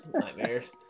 nightmares